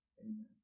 Amen